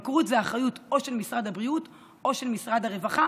ההתמכרות זאת אחריות או של משרד הבריאות או של משרד הרווחה,